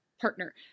partner